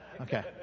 Okay